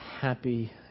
happy